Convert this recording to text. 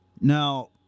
Now